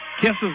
kisses